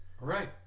right